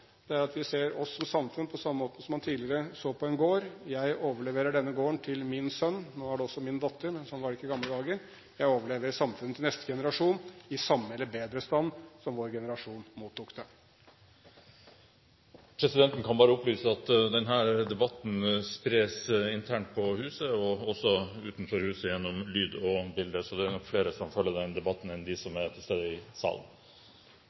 at vi ser på oss som samfunn på samme måte som man tidligere gjorde på en gård: Jeg overleverer denne gården til min sønn – nå er det også min datter, men sånn var det ikke i gamle dager – jeg overleverer samfunnet til neste generasjon i samme eller i bedre stand enn da min generasjon mottok det. Presidenten kan opplyse at denne debatten spres internt på huset – og også utenfor huset – gjennom lyd og bilde. Så det er nok flere som følger denne debatten enn de som er til stede i salen.